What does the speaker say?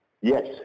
yes